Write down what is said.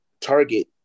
target